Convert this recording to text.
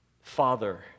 Father